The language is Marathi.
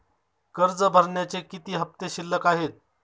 कर्ज भरण्याचे किती हफ्ते शिल्लक आहेत?